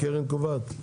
הקרן קובעת?